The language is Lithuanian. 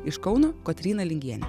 iš kauno kotryna lingienė